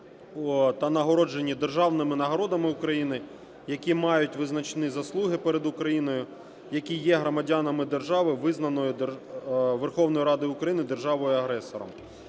та нагороджені державними нагородами України, які мають визначні заслуги перед Україною, які є громадянками держави, визнаної Верховною Радою України державою-агресором.